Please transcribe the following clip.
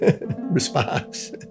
response